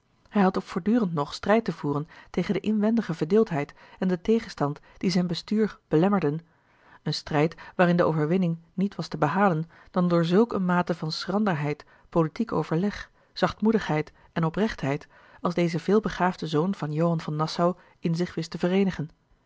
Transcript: hij had ook voortdurend nog strijd te voeren tegen de inwendige verdeeldheid en den tegenstand die zijn bestuur belemmerden een strijd waarin de overwinning niet was te behalen dan door zulk eene mate van schranderheid politiek overleg zachtmoedigheid en oprechtheid als deze veelbegaafde zoon van johan van nassau in zich wist te vereenigen